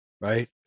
right